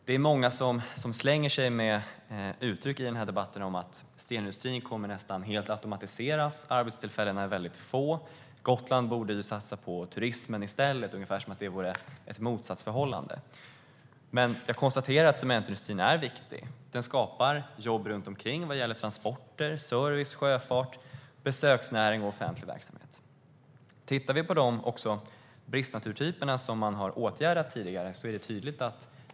Det är många som i debatten slänger sig med uttryck om att stenindustrin nästan helt kommer att automatiseras, att arbetstillfällena är få och att Gotland borde satsa på turismen i stället, ungefär som om det vore ett motsatsförhållande. Jag konstaterar att cementindustrin är viktig. Den skapar jobb runt omkring vad gäller transporter, service, sjöfart, besöksnäring och offentlig verksamhet. Vi kan titta på de bristnaturtyper som man har åtgärdat tidigare.